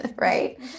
right